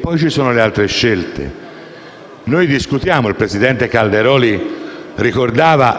Poi ci sono le altre scelte. Noi discutiamo - e il presidente Calderoli